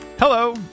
Hello